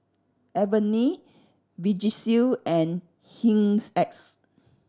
Avene Vagisil and X